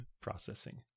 processing